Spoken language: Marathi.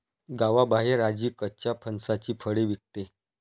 गावाबाहेर आजी कच्च्या फणसाची फळे विकते